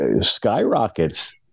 skyrockets